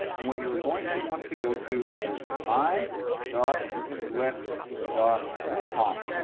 and what you're going to want to go to is my dot zwift dot com.